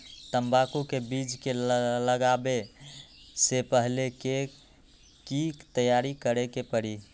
तंबाकू के बीज के लगाबे से पहिले के की तैयारी करे के परी?